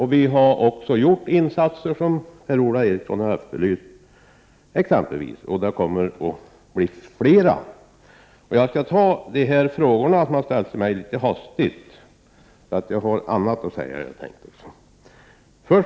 Vi har exempelvis redan gjort sådana insatser som Per-Ola Eriksson efterlyser, och det kommer att bli flera. Eftersom jag har annat att säga skall jag i korthet besvara de frågor som har ställts till mig.